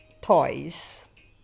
toys